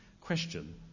question